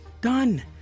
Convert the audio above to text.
done